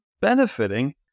benefiting